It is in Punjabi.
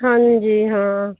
ਹਾਂਜੀ ਹਾਂ